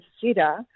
consider